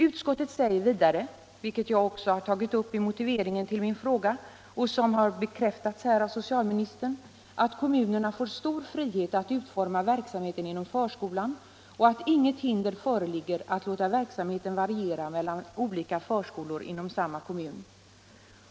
Utskottet säger vidare — vilket jag också har tagit upp i motiveringen till min fråga och fått bekräftat här av socialministern — att kommunerna har stor frihet att utforma verksamheten inom förskolan och att inget hinder föreligger att låta verksamheten variera mellan olika förskolor inom samma kommun.